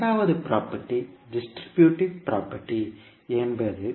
இரண்டாவது property distributive property என்பது